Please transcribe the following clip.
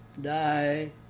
die